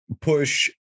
Push